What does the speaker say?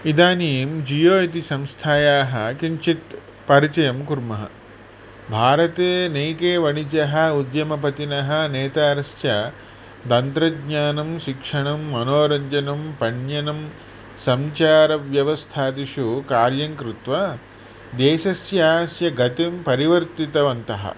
इदानीं जियो इति संस्थायाः किञ्चित् परिचयं कुर्मः भारते नैके वणिजः उद्यमपतिनः नेतारश्च तन्त्रज्ञानं शिक्षणं मनोरञ्जनं पण्यनं सञ्चारव्यवस्थादिषु कार्यं कृत्वा देशस्यास्य गतिं परिवर्तितवन्तः